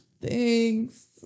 thanks